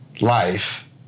life